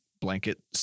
blanket